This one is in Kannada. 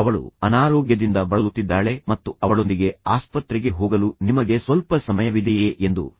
ಅವಳು ಅನಾರೋಗ್ಯದಿಂದ ಬಳಲುತ್ತಿದ್ದಾಳೆ ಮತ್ತು ಅವಳೊಂದಿಗೆ ಆಸ್ಪತ್ರೆಗೆ ಹೋಗಲು ನಿಮಗೆ ಸ್ವಲ್ಪ ಸಮಯವಿದೆಯೇ ಎಂದು ಅವಳು